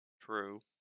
True